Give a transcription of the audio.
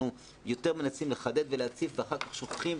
יותר מנסים לחדד ולהציף ואחר כך שוכחים,